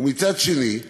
ומצד שני,